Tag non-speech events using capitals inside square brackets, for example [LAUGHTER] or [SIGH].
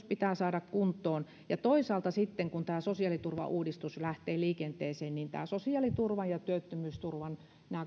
[UNINTELLIGIBLE] pitää saada kuntoon ja toisaalta sitten kun tämä sosiaaliturvauudistus lähtee liikenteeseen niin sosiaaliturvan ja työttömyysturvan